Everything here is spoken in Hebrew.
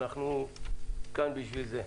אנחנו כאן בשביל זה.